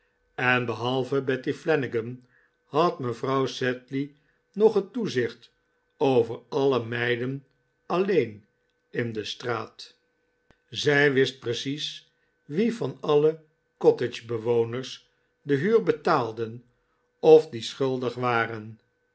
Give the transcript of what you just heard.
en behalve betty flanagan had mevrouw sedley nog het toezicht over alle meiden alleen in de straat zij wist precies wie van alle cottage bewoners de huur betaalden of die schuldig waren